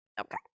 okay